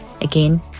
Again